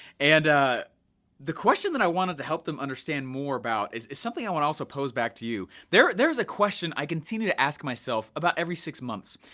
and the question that i wanted to help them understand more about is is something i wanna also pose back to you. there's a question i continue to ask myself about every six months.